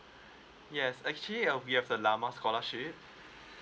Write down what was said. yes actually err we have the llama scholarship